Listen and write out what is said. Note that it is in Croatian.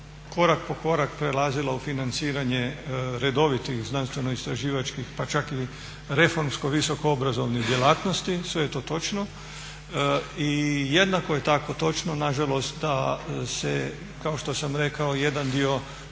korak po korak prelazila u financiranje redovitih znanstveno-istraživačkih pa čak i reformsko visoko obrazovnih djelatnosti, sve je to točno. I jednako je tako točno nažalost da se kao što sam rekao jedan dio